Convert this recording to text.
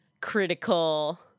critical